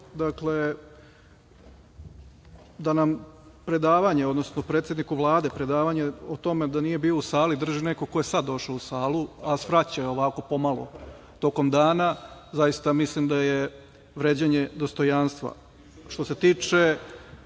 dakle da nam predavanje, odnosno predsedniku Vlade predavanje o tome da nije bio u sali drži neko koje sada došao u salu, a svraćao ovako pomalo tokom dana, zaista mislim da je vređanje dostojanstva. Što se tiče